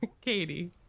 Katie